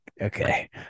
okay